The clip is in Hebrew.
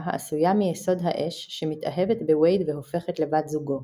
העשויה מיסוד האש שמתאהבת בוייד והופכת לבת זוגו.